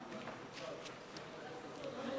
סעיפים